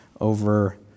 over